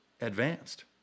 advanced